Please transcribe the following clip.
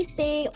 say